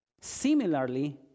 Similarly